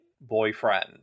boyfriend